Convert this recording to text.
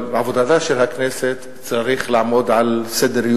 אבל בעבודתה של הכנסת צריכה היא לעמוד על סדר-יומה,